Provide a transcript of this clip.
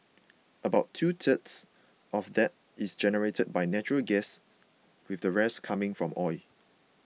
about two thirds of that is generated by natural gas with the rest coming from oil